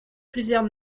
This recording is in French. plusieurs